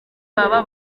baba